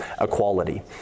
equality